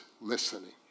listening